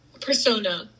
persona